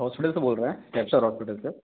hospital से बोल रहें एच आर हॉस्पिटल से